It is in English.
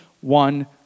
one